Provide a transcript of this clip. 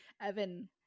Evan